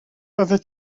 oeddet